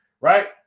right